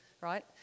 right